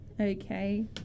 Okay